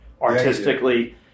artistically